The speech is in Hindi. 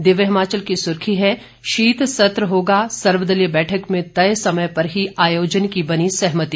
दिव्य हिमाचल की सुर्खी है शीत सत्र होगा सर्वदलीय बैठक में तय समय पर ही आयोजन की बनी सहमति